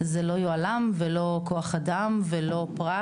מרכז; לא יוהל"מ, לא כוח אדם ולא פרט.